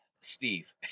Steve